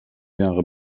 jahre